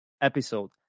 episode